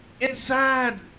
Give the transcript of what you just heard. inside